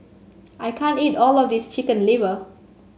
I can't eat all of this Chicken Liver